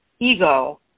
ego